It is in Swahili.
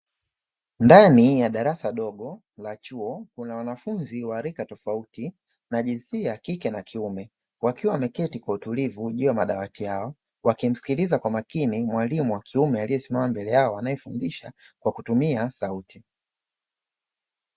Ndani ya darasa dogo la chuo kuna wanafunzi wa rika tofauti na jinsia ya kike na kiume, wakiwa wameketi kwa utulivu juu ya madawati yao wakimsikiliza kwa makini mwalimu wa kiume aliyesimama mbele yao anayefundisha kwa kutumia sauti.